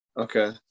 Okay